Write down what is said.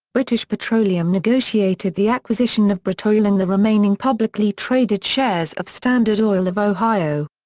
british petroleum negotiated the acquisition of britoil and the remaining publicly traded shares of standard oil of ohio.